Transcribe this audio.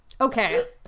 Okay